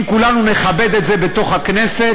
אם כולנו נכבד את זה בכנסת,